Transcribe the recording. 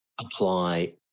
apply